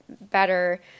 better